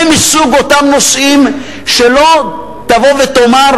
זה מסוג הנושאים שלא תבוא ותאמר: